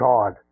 God